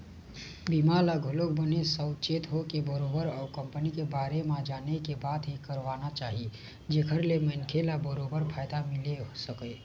बीमा ल घलोक बने साउचेत होके बरोबर ओ कंपनी के बारे म जाने के बाद ही करवाना चाही जेखर ले मनखे ल बरोबर फायदा मिले सकय